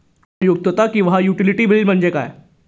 उपयुक्तता किंवा utility bill म्हणजे काय?